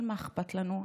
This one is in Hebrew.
אבל מה אכפת לנו.